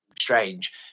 strange